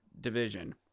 division